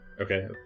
Okay